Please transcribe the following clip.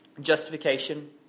justification